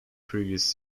previous